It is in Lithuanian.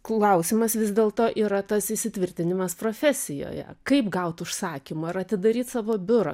klausimas vis dėlto yra tas įsitvirtinimas profesijoje kaip gaut užsakymą ar atidaryt savo biurą